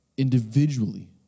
individually